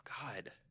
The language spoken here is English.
god